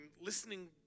listening